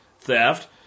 theft